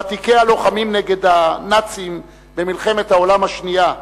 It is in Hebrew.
ותיקי הלוחמים נגד הנאצים במלחמת העולם השנייה,